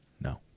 No